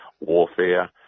warfare